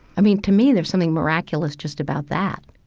i mean, to me there's something miraculous just about that.